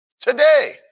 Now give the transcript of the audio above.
Today